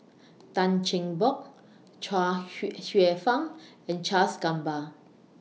Tan Cheng Bock Chuang Hsueh Fang and Charles Gamba